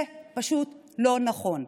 זה פשוט לא נכון.